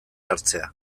hartzea